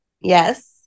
yes